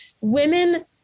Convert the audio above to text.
women